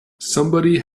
somebody